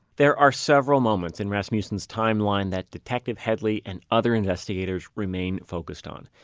there are several moments in rasmussen's timeline that detective headley and other investigators remain focused on.